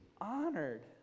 honored